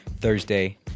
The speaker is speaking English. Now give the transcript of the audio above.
Thursday